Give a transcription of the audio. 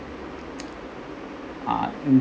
uh